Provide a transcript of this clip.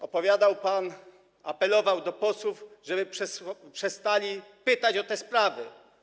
Opowiadał pan, apelował do posłów, żeby przestali pytać o te sprawy.